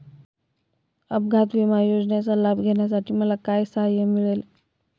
अपघात विमा योजनेचा लाभ घेण्यासाठी मला काय सहाय्य मिळेल?